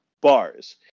bars